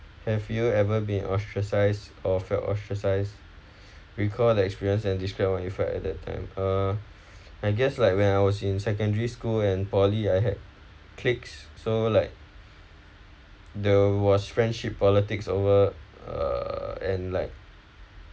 have you ever been ostracized or felt ostracized recall the experience and describe what you felt at that time uh I guess like when I was in secondary school and poly I had cliques so like the was friendship politics over uh and like